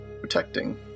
protecting